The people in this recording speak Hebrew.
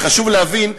וחשוב להבין,